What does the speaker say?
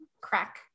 crack